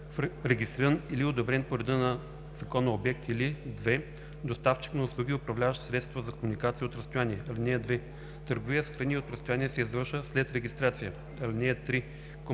регистриран или одобрен по реда на закона обект, или 2. доставчик на услуги, управляващ средство за комуникация от разстояние. (2) Търговия с храни от разстояние се извършва след регистрация. (3) Компетентен